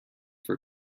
for